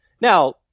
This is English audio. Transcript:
Now